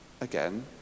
Again